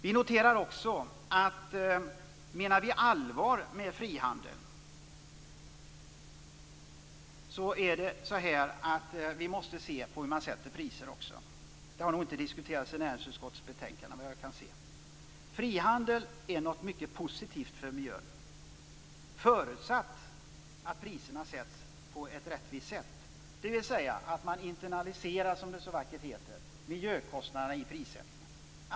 Vi noterar också att om vi menar allvar med frihandeln måste vi också se på hur man sätter priser. Det har nog inte diskuterats i näringsutskottets betänkande, såvitt jag kan se. Frihandel är någonting mycket positivt för miljön, förutsatt att priserna sätts på ett rättvist sätt, dvs. att man internaliserar - som det så vackert heter - miljökostnaderna i prissättningen.